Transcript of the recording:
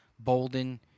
Bolden